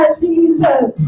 jesus